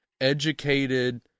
educated